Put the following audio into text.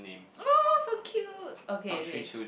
!aww! so cute okay okay